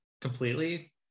completely